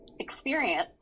experience